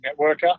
networker